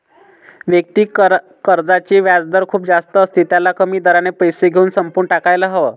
वैयक्तिक कर्जाचे व्याजदर खूप जास्त असते, त्याला कमी दराने पैसे घेऊन संपवून टाकायला हव